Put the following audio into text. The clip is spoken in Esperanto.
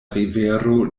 rivero